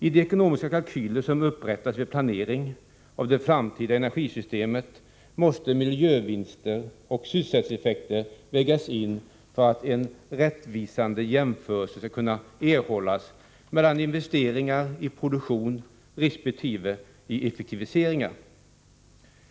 I de ekonomiska kalkyler som upprättas vid planering av det framtida energisystemet måste miljövinster och sysselsättningseffekter vägas in för att en rättvisande jämförelse skall kunna erhållas mellan investeringar i produktion resp. i effektiviseringar.